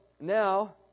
now